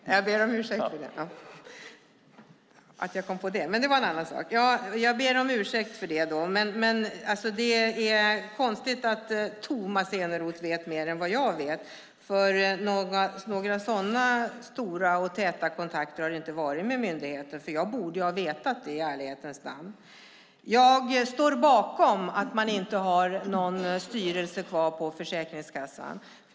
Fru talman! Det är intressant att Tomas Eneroth vet mer än jag vilka kontakter regeringen har med myndigheten, det måste jag säga. Myndigheten har, vad jag vet, inte haft de kontinuerliga kontakter som Tomas Eneroth påstår. Det är konstigt att Tomas Eneroth vet mer än vad jag vet. Några sådana täta kontakter har det inte varit med myndigheten, för jag borde ha vetat det i ärlighetens namn. Jag står bakom att man inte har någon styrelse kvar på Försäkringskassan.